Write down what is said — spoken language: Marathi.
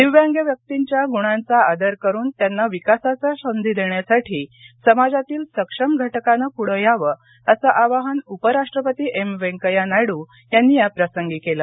दिव्यांग व्यक्तींच्या गुणांचा आदर करून त्यांना विकासाच्या संधी देण्यासाठी समाजातील सक्षम घटकाने पूढे यावं असं आवाहन उपराष्ट्रपती एम वेंकय्या नायडू यांनी याप्रसंगी केलं